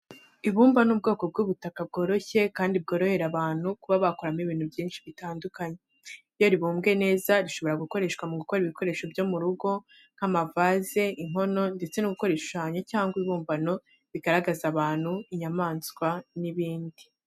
Ibumba ni ubwoko bw'ubutaka bworoshye kandi bworohera abantu kuba bakoramo ibintu byinshi bitandukanye. Iyo ribumbwe neza rishobora gukoreshwa mu gukora ibikoresho byo mu rugo nk'amavaze, inkono, ndetse no gukora ibishushanyo cyangwa ibibumbano bigaragaza abantu, inyamaswa n'ibindi.